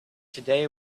today